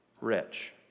rich